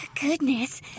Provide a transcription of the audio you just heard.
Goodness